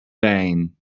vain